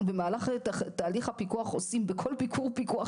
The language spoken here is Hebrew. אנחנו במהלך תהליך הפיקוח עושים בכל ביקור פיקוח